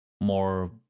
more